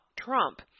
Trump